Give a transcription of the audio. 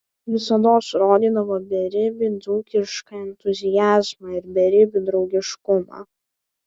visados rodydavo beribį dzūkišką entuziazmą ir beribį draugiškumą